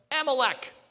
Amalek